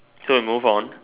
so we move on